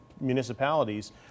municipalities